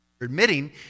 admitting